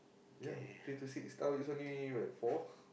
ya three to six now it's only like four